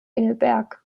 engelberg